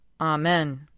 Amen